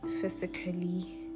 physically